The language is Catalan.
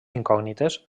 incògnites